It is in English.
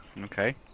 Okay